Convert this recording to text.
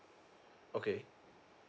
okay